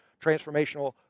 transformational